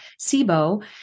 SIBO